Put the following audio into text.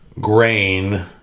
grain